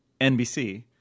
NBC –